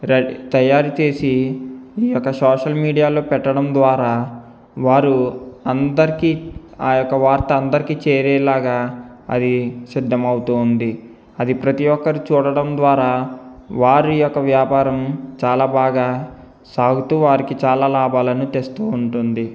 red తయారుచేసి ఈ యొక్క సోషల్ మీడియాలో పెట్టడం ద్వారా వారు అందరికీ ఆ యొక్క వార్త అందరికి చేరేలాగా అది సిద్ధమవుతోంది అది ప్రతి ఒక్కరు చూడడం ద్వారా వారి యొక్క వ్యాపారం చాలా బాగా సాగుతూ వారికి చాలా లాభాలను తెస్తూ ఉంటుంది